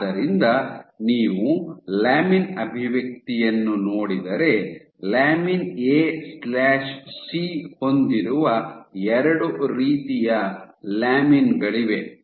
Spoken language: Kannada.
ಆದ್ದರಿಂದ ನೀವು ಲ್ಯಾಮಿನ್ ಅಭಿವ್ಯಕ್ತಿಯನ್ನು ನೋಡಿದರೆ lamin A C lamin AC ಹೊಂದಿರುವ ಎರಡು ರೀತಿಯ ಲ್ಯಾಮಿನ್ ಗಳಿವೆ